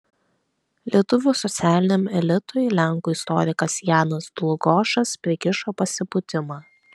lietuvių socialiniam elitui lenkų istorikas janas dlugošas prikišo pasipūtimą